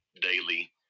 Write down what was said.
daily